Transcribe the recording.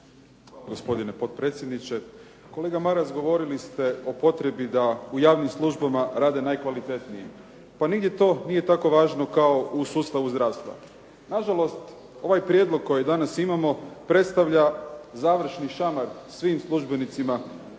Gospodine potpredsjedniče. Kolega Maras, govorili ste o potrebi da u javnim službama rade najkvalitetniji. Pa nigdje to nije tako važno kao u sustavu zdravstva. Na žalost, ovaj prijedlog kojeg danas imamo predstavlja završni šamar svim službenicima,